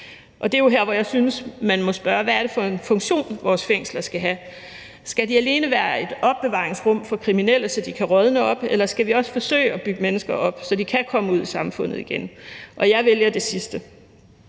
op. Det er jo her, hvor jeg synes, man må spørge: Hvad er det for en funktion, vores fængsler skal have? Skal de alene være et opbevaringsrum for kriminelle, så de kan rådne op, eller skal vi også forsøge at bygge mennesker op, så de kan komme ud i samfundet igen? Jeg vælger det sidste.